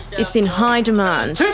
it's in high demand.